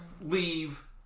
leave